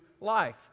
life